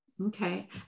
Okay